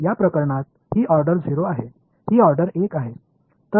या प्रकरणात ही ऑर्डर 0 आहे ही ऑर्डर 1 आहे